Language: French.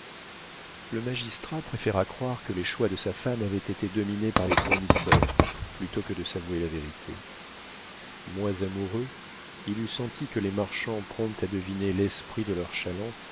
le magistrat préféra croire que les choix de sa femme avaient été dominés par les fournisseurs plutôt que de s'avouer la vérité moins amoureux il eût senti que les marchands prompts à deviner l'esprit de leurs chalands